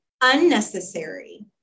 unnecessary